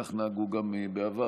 כך נהגו גם בעבר,